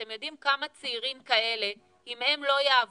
אתם יודעים כמה צעירים כאלה, אם הם לא יעבדו,